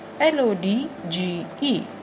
l-o-d-g-e